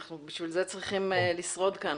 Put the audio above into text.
בשביל זה אנחנו צריכים לשרוד כאן.